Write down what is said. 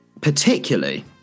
particularly